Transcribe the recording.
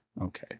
okay